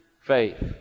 faith